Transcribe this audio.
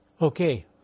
Okay